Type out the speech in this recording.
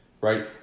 Right